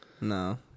No